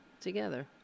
together